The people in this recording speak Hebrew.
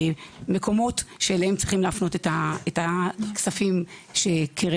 מהמקומות שאליהם צריך להפנות את הכספים שקרן